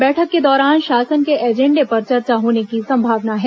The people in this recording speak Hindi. बैठक के दौरान शासन के एजेंडे पर चर्चा होने की संभावना है